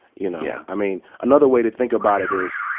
you know? i mean, another way to think about it is,